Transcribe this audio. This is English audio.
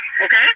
okay